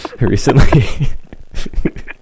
recently